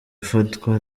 ifatwa